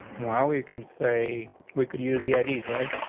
while you can say we could use the ideas right,